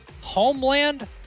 homeland